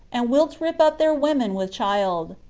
and wilt rip up their women with child.